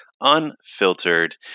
unfiltered